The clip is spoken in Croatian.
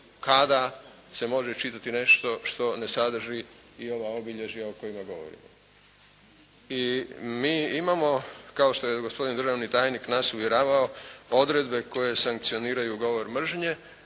kada se može čitati nešto što ne sadrži i ova obilježja o kojima govorimo. I mi imamo kao što je gospodin državni tajnik nas uvjeravao, odredbe koje sankcioniraju govor mržnje,